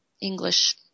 English